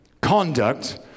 conduct